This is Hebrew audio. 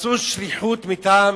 עשו שליחות מטעם